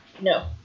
No